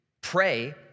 pray